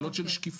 שלאות של שקיפות,